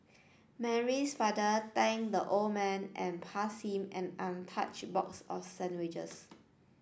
Mary's father thanked the old man and passed him an untouched box of sandwiches